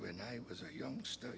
when i was a youngster